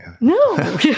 No